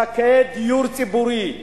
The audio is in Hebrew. זכאי דיור ציבורי,